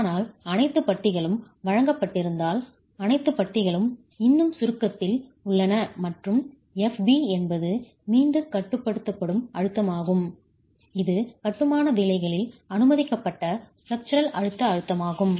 ஆனால் அனைத்து பட்டிகளும் வழங்கப்பட்டிருந்தால் அனைத்து பட்டிகளும் இன்னும் சுருக்கத்தில் காம்ப்ரசிவ் ஸ்ட்ரெஸ் உள்ளன மற்றும் Fb என்பது மீண்டும் கட்டுப்படுத்தும் அழுத்தமாகும் இது கட்டுமான வேலைகளில் அனுமதிக்கப்பட்ட பிளேஸுரால் அழுத்த அழுத்தமாகும்